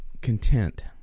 content